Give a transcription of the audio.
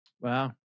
Wow